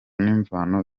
n’imvano